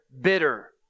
bitter